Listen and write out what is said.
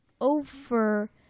over